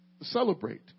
celebrate